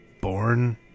born